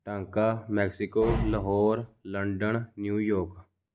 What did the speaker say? ਢੰਕਾਂ Mexico Lahore London New yolk